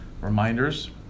reminders